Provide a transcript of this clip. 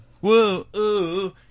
Whoa